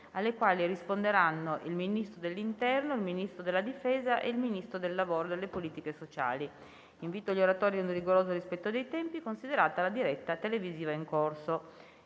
alle quali risponderanno il Ministro dell'interno, il Ministro della difesa e il Ministro del lavoro e delle politiche sociali. Invito gli oratori ad un rigoroso rispetto dei tempi, considerata la diretta televisiva in corso.